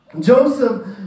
Joseph